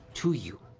to you,